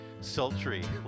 sultry